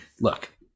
look